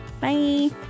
Bye